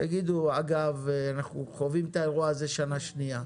תגידו, אגב, אנחנו חווים את האירוע הזה שנה שנייה.